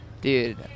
Dude